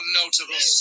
notable